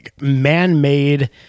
man-made